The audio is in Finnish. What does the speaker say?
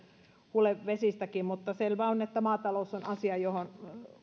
hulevesistäkin mutta selvää on että maatalous on asia johon